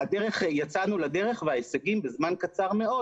יצאנו לדרך וההישגים בזמן קצר מאוד,